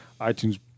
iTunes